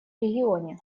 регионе